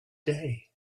day